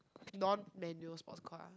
non manual sports car